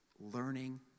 learning